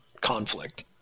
conflict